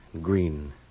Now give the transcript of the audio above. Green